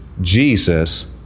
Jesus